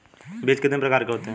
बीज कितने प्रकार के होते हैं?